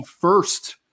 first